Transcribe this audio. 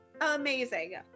amazing